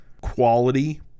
quality